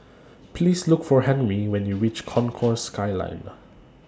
Please Look For Henry when YOU REACH Concourse Skyline